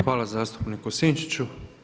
Hvala zastupniku Sinčiću.